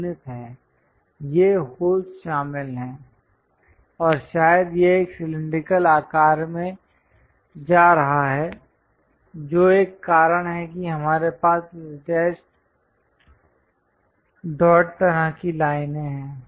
ये होल्स शामिल हैं और शायद यह एक सिलैंडरिकल आकार में जा रहा है जो एक कारण है कि हमारे पास इस डैश डॉट तरह की लाइनें हैं